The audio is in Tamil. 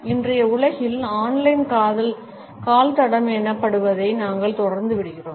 இன்றைய உலகில் ஆன் லைன் கால்தடம் எனப்படுவதை நாங்கள் தொடர்ந்து விடுகிறோம்